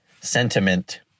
Sentiment